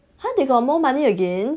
!huh! they got more money again